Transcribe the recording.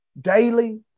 daily